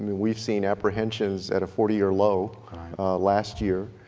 we've seen apprehensions at a forty year low last year.